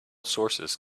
sources